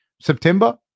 September